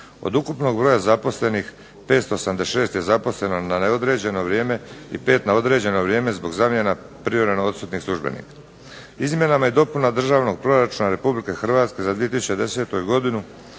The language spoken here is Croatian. Od ukupnog broja zaposlenih 586 je zaposleno na neodređeno vrijeme i 5 na određeno vrijeme zbog zamjena privremeno odsutnih službenika. Izmjenama i dopunama Državnog proračuna Republike Hrvatske za 2010. godinu